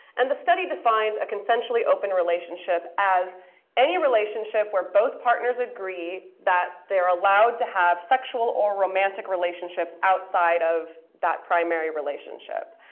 and the study defined a consensually open relationship as any relationship where both partners agree that they're allowed to have sexual or romantic relationships outside of that primary relationship.